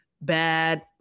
bad